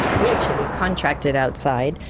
we actually contracted outside,